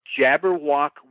Jabberwock